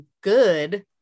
good